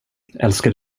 älskar